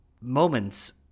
moments